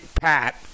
Pat